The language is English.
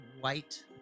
white